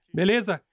beleza